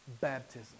baptism